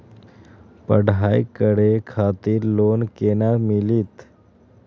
पढ़ाई करे खातिर लोन केना मिलत?